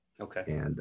Okay